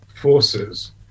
forces